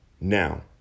now